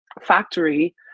factory